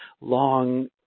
long